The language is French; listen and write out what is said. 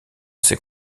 ses